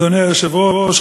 אדוני היושב-ראש,